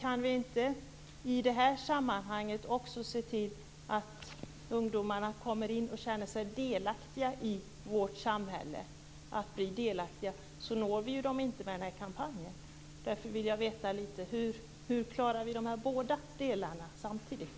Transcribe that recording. Om vi inte i det här sammanhanget också kan se till att ungdomarna känner sig delaktiga i vårt samhälle når vi dem inte med kampanjen. Därför vill jag få veta hur vi klarar båda de här delarna samtidigt.